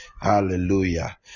Hallelujah